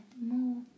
more